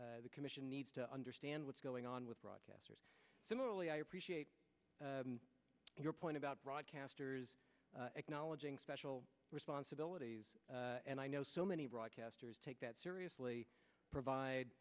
account the commission needs to understand what's going on with broadcasters similarly i appreciate your point about broadcasters acknowledging special responsibilities and i know so many broadcasters take that seriously provide